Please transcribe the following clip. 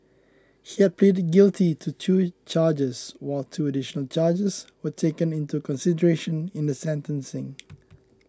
he had pleaded guilty to two charges while two additional charges were taken into consideration in the sentencing